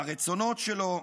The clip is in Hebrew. מה הרצונות שלו.